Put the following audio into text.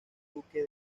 duque